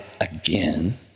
again